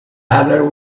heather